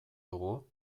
dugu